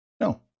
No